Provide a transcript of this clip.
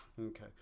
Okay